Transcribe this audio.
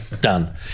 done